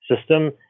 system